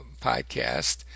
podcast